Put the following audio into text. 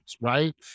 right